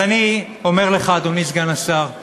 אז אני אומר לך, אדוני סגן השר,